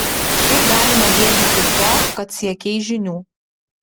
kaip galima gėdytis to kad siekei žinių